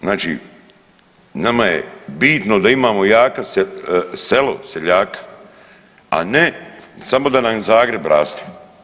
Znači nama je bitno da imamo jako selo, seljaka, a ne samo da nam Zagreb raste.